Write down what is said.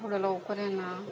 थोडं लवकर ये ना